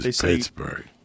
Pittsburgh